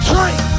Drink